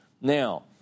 Now